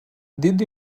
did